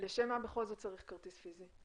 לשם מה בכל זאת צריך כרטיס פיזי?